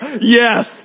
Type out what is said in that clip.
yes